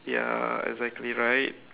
ya exactly right